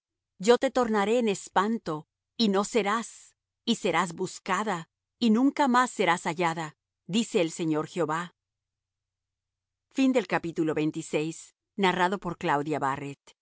yo te tornaré en espanto y no serás y serás buscada y nunca más serás hallada dice el señor jehová y